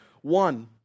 one